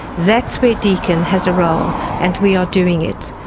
that's where deakin has a role, and we are doing it.